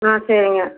ஆ சரிங்க